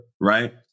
right